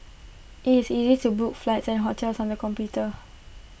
IT is easy to book flights and hotels on the computer